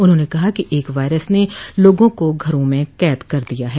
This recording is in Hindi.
उन्होंने कहा कि एक वायरस ने लोगों को घरों में कैद कर दिया है